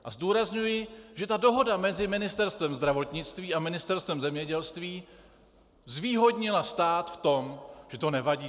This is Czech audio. A zdůrazňuji, že dohoda mezi Ministerstvem zdravotnictví a Ministerstvem zemědělství zvýhodnila stát v tom, že to nevadí.